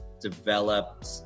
developed